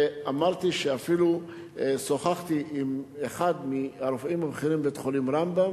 ואמרתי שאפילו שוחחתי עם אחד מהרופאים הבכירים בבית-החולים "רמב"ם"